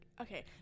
okay